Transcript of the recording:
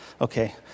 Okay